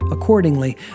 Accordingly